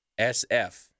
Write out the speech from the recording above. SF